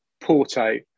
Porto